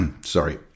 sorry